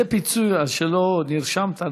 זה פיצוי על שלא נרשמת.